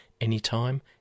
Anytime